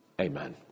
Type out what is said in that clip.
amen